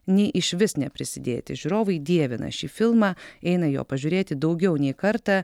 nei išvis neprisidėti žiūrovai dievina šį filmą eina jo pažiūrėti daugiau nei kartą